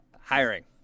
hiring